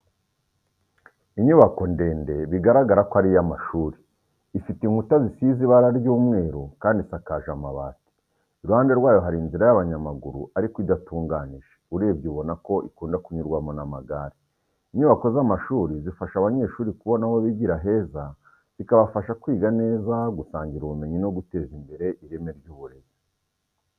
Inyubako ndebe bibaragara ko ari iy'amashuri, ifite inkuta zisize ibara ry'umweru kandi isakaje amabati. Iruhande rwayo hari inzira y'abanyamaguru ariko idatunganije, urebye ubona ko ikunda kunyurwamo n'amagare. Inyubako z’amashuri zifasha abanyeshuri kubona aho bigira heza, zikabafasha kwiga neza, gusangira ubumenyi no guteza imbere ireme ry’uburezi.